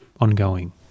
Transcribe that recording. ongoing